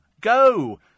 Go